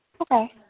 Okay